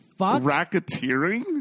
Racketeering